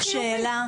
והכמה?